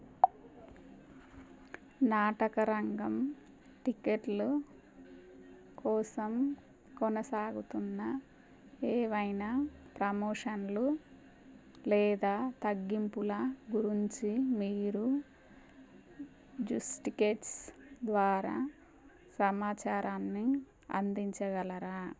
నాటకరంగం టికెట్లు కోసం కొనసాగుతున్న ఏవైనా ప్రమోషన్లు లేదా తగ్గింపుల గురించి మీరు జుస్ టికెట్స్ ద్వారా సమాచారాన్ని అందించగలరా